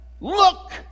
Look